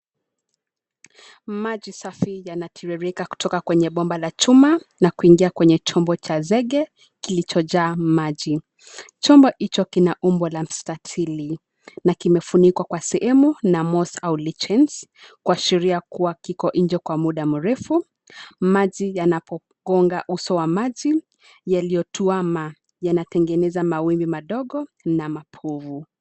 Maji safi yana tiririka kutoka kwenye bomba la chuma na kuingia kwenye chombo cha zege kilicho jaa maji. chombo hicho kina umbo la mstatili, na kimefunikwa kwa sehemu na [moss ] au [lichens] kuashiria kuwa kiko nje kwa muda mrefu. Maji yanapo gonga uso wa maji yaliyo tuama yanatengeneza mawimbi madogo na mapovu.